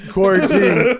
Quarantine